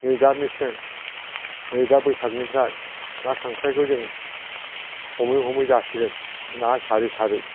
नै दा मेसें नै दा बैसागनिफ्राय ना खांख्रायखौ जों हमै हमै जासिगोन ना सारै सारै